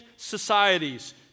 societies